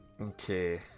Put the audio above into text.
Okay